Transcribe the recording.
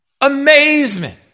amazement